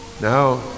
Now